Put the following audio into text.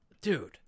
dude